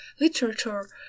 literature